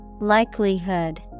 Likelihood